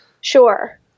Sure